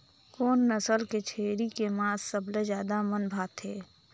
कोन नस्ल के छेरी के मांस सबले ज्यादा मन भाथे?